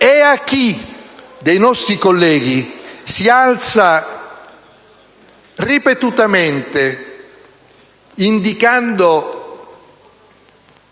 a chi dei nostri colleghi si alza ripetutamente ricordando